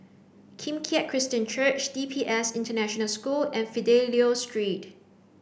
Kim Keat Christian Church D P S International School and Fidelio Street